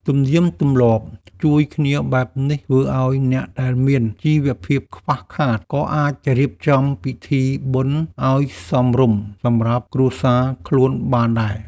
ទំនៀមទម្លាប់ជួយគ្នាបែបនេះធ្វើឱ្យអ្នកដែលមានជីវភាពខ្វះខាត ក៏អាចរៀបចំពិធីបុណ្យឱ្យសមរម្យសម្រាប់គ្រួសារខ្លួនបានដែរ។